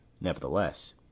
Nevertheless